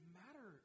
matter